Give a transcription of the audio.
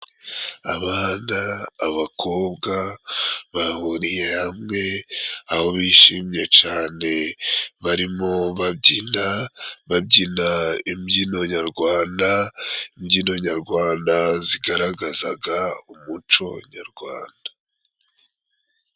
Abana abakobwa bahuriye hamwe aho bishimye cane barimo babyina babyina imbyino nyarwanda imbyino nyarwanda zigaragazaga umuco nyarwanda.